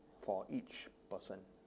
for each person